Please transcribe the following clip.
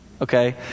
Okay